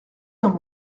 dans